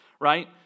right